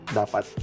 dapat